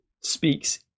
speaks